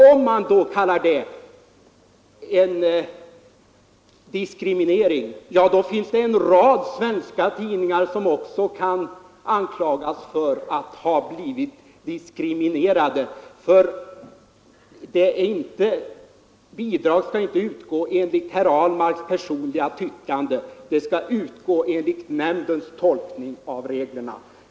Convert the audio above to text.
Om man kallar det diskriminering, ja, då finns det en rad svenska tidningar som också har blivit diskriminerade. Bidrag skall inte utgå enligt herr Ahlmarks personliga tyckande, de skall utgå enligt nämndens tolkning av reglerna.